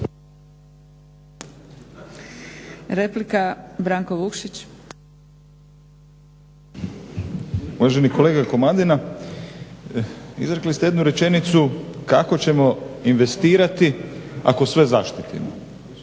- Stranka rada)** Uvaženi kolega Komadina, izrekli ste jednu rečenicu kako ćemo investirati ako sve zaštitimo